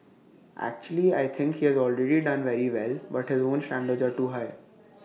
actually I think he has already done very well but his own standards are too high